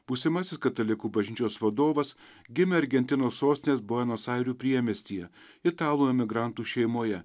būsimasis katalikų bažnyčios vadovas gimė argentinos sostinės buenos airių priemiestyje italų emigrantų šeimoje